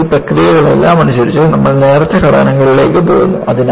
അതിനാൽ ഈ പ്രക്രിയകളെല്ലാം അനുസരിച്ച് നമ്മൾ നേർത്ത ഘടനകളിലേക്ക് പോകുന്നു